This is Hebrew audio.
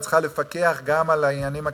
את צריכה לפקח גם על העניינים הכספיים,